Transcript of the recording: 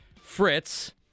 Fritz